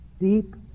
Deep